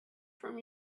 from